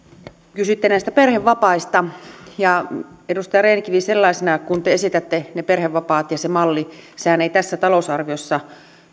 kysyitte näistä perhevapaista edustaja rehn kivi sellaisena kuin te esitätte ne perhevapaat ja sen mallin nehän eivät tässä talousarviossa